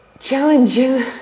challenging